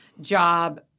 job